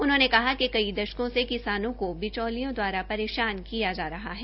उन्होंने उदयोग कहा कि कई दशकों से किसानों को बिचौलियों द्वारा परेशान किया जा रहा है